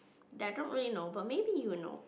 that I don't really know but maybe you will know